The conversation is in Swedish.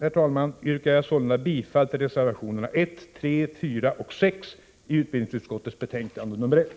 Med det sagda yrkar jag sålunda bifall till reservationerna 1, 3, 4, 5 och 6 i utbildningsutskottets betänkande nr 1.